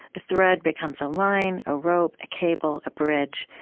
the thread becomes a line, a rope, a cable, a bridge.